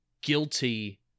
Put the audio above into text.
guilty